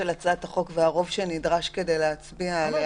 הצעת החוק והרוב שנדרש כדי להצביע עליה,